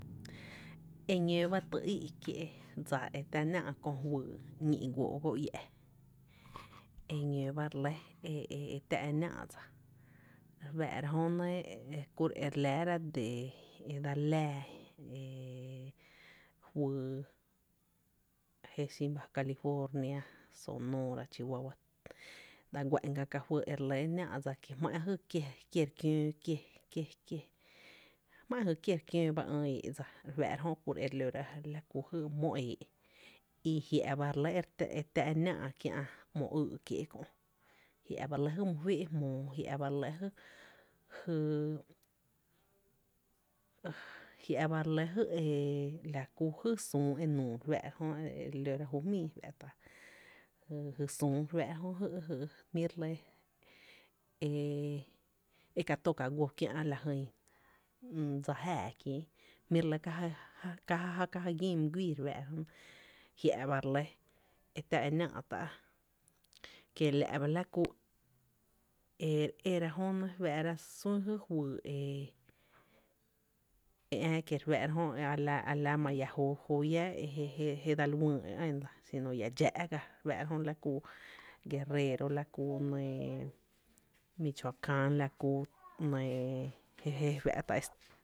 Eñoo bá tý í’ kiee’ dsa etⱥ náá’ kö fyy ñí’ guóó go iä’ e ñoo ba re lɇ e tⱥ e nⱥⱥ’ dsa re fⱥⱥ’ra jö nɇ kuro e re laara de e dsel laa e fyy je xin Baja California, Sonora, Chihuahua, dsa guá’n ga ka fy re Lv NÁÁ’ DSA kí jmá’n jy kié re kióó, kie kié, kié jmá’n jy kie re kióó ba ïï’ éé’ dsa u kuro e re lóra la’ a la ku jy mó e éé’ i jiⱥ’ ba re lɇ e náá’ kiä’ jy ´mo ýý’ kiéé’ kö’, jia’ ba re lɇ jy mý féé’ jmóó jia’ ba re lɇjy, jia’ re lɇ jy la kú jy süü enuu re fáá’ra jö nɇ, elóra jmíí e f ⱥⱥ’ra jy süü jmí’ re lɇ e k ató ka guó kiä’ jyn dsa jáaá kien jmí’ re lɇ k ajá já ka ja gín my guíí re fⱥⱥ’ra jö nɇ, jia’ ba re lɇ e tⱥ e náá’ tá’ kiela’ ba la kú e re éra jönɇ e re jy sun jy fyy e ää kie re fⱥⱥ’ra jö a la jóó je dsel wÿÿ xinu iä dxáá’ ga la ku Guerrero la ku nɇɇ Micchoacán, nɇɇ jé je fⱥ’ ta’.